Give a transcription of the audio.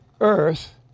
earth